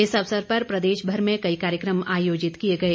इस अवसर पर प्रदेशभर में कई कार्यक्रम आयोजित किए गए